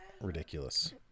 ridiculous